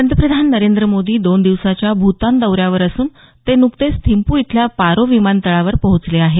पंतप्रधान नरेंद्र मोदी दोन दिवसाच्या भूतान दौऱ्यावर असून ते नुकतेच थिंपू इथल्या पारो विमानतळावर पोहचले आहेत